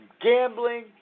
gambling